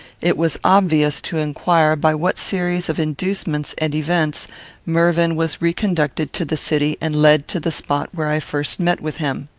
it was obvious to inquire by what series of inducements and events mervyn was reconducted to the city and led to the spot where i first met with him.